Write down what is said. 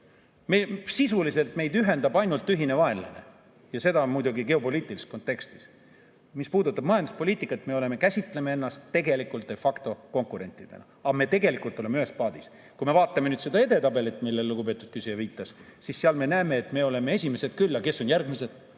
ole! Sisuliselt meid ühendab ainult ühine vaenlane, ja seda muidugi geopoliitilises kontekstis. Mis puudutab majanduspoliitikat, siis me käsitleme ennast tegelikultde factokonkurentidena, aga me tegelikult oleme ühes paadis. Kui me vaatame seda edetabelit, millele lugupeetud küsija viitas, siis me näeme, et seal me oleme esimesed küll, aga kes on järgmised?